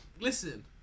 Listen